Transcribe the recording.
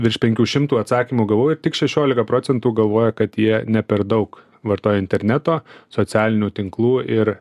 virš penkių šimtų atsakymų gavau ir tik šešiolika procentų galvoja kad jie ne per daug vartoja interneto socialinių tinklų ir